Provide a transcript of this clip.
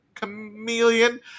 chameleon